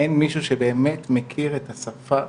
אין מישהו שבאמת מכיר את השפה,